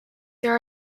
there